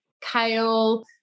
kale